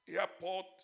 airport